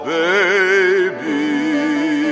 baby